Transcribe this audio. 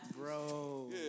Bro